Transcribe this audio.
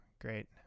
great